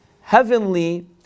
heavenly